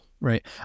Right